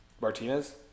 Martinez